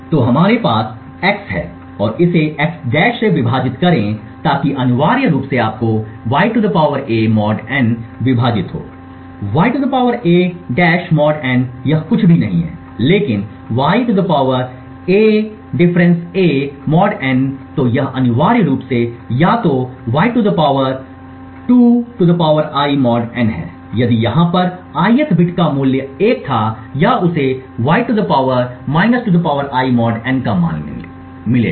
तो हमारे पास x है और इसे x से विभाजित करें ताकि अनिवार्य रूप से आपको y a mod n विभाजित हो y a mod n यह कुछ भी नहीं है लेकिन y a a mod n तो यह अनिवार्य रूप से या तो y 2 I mod n है यदि यहाँ पर ith बिट का मूल्य 1 था या उसे y 2 I mod n का मान मिलेगा